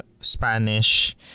Spanish